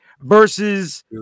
versus